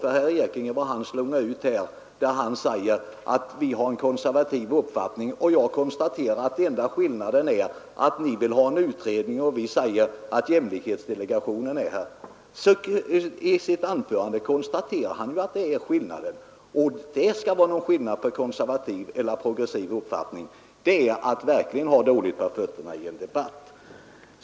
När herr Ekinge slungade ut att vi har en konservativ uppfattning, så konstaterade jag bara att den enda skillnaden mellan er och oss i detta fall är att ni vill ha en utredning, medan vi säger att jämlikhetsdelegationen bör klara dessa frågor. Herr Ekinge konstaterade då att det ju ändå föreligger en skillnad. Men att anföra sådant som ett bevis för en progressiv eller en konservativ uppfattning är verkligen att ha dåligt på fötterna i en debatt!